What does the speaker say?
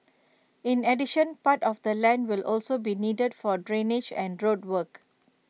in addition part of the land will also be needed for drainage and road work